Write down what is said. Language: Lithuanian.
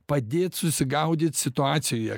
padėt susigaudyt situacijoje